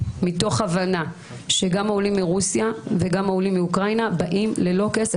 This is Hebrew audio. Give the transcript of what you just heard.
מתוך הבנה שגם העולים מרוסיה וגם העולים מאוקראינה באים ללא כסף,